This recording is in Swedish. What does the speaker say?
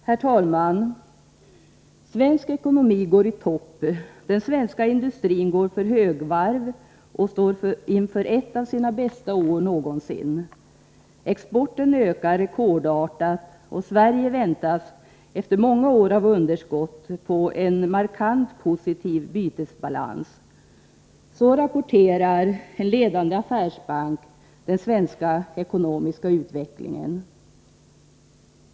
Herr talman! Svensk ekonomi går i topp. Den svenska industrin går på högvarv och står inför ett av sina bästa år någonsin. Exporten ökar rekordartat, och Sverige väntas efter många år av underskott få en markant positiv bytesbalans. Så rapporterar en ledande affärsbank om den svenska ekonomiska utvecklingen.